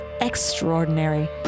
extraordinary